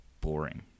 boring